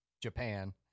japan